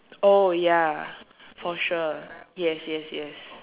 oh ya for sure yes yes yes